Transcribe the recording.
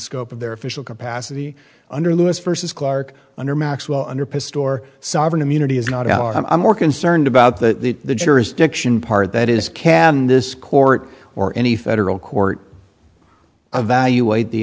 scope of their official capacity under lewis versus clark under maxwell under pissed or sovereign immunity is not out i'm more concerned about that the jurisdiction part of that is can this court or any federal court evaluate the